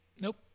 Nope